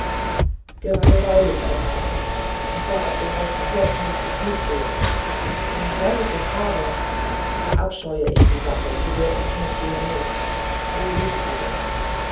gerade weil ich ein herz habe und zwar auf dem rechten fleck mußte ich mitgehen und weil ich es habe verabscheue ich die sache zu der ich mitgehen mußte so liegen die dinge